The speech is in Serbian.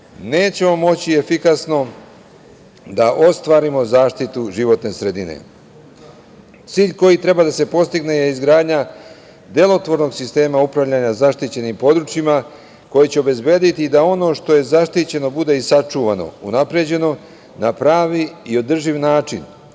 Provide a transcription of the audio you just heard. nećemo moći efikasno da ostvarimo zaštitu životne sredine. Cilj koji treba da se postigne je izgradnja delotvornog sistema upravljanja zaštićenim područjima koji će obezbediti da ono što je zaštićeno bude i sačuvano, unapređeno na pravi i održiv način,